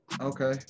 Okay